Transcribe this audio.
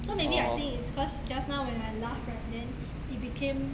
so maybe I think it's cause just now when I laugh right then it became